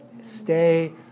stay